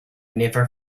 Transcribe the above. never